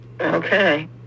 Okay